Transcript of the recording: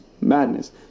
madness